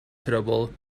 trouble